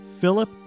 Philip